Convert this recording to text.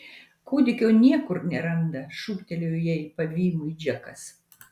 kūdikio niekur neranda šūktelėjo jai pavymui džekas